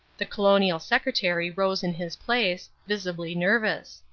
the colonial secretary rose in his place, visibly nervous.